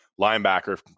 linebacker